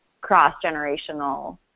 cross-generational